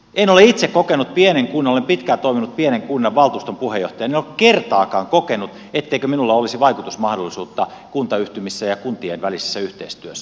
en ole itse kertaakaan kokenut kun olen pitkään toiminut pienen kunnan valtuuston puheenjohtajana etteikö minulla olisi vaikutusmahdollisuutta kuntayhtymissä ja kuntien välisessä yhteistyössä